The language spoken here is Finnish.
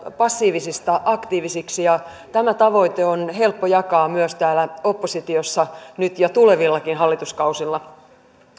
passiivisista aktiivisiksi ja tämä tavoite on helppo jakaa myös täällä oppositiossa nyt ja tulevillakin hallituskausilla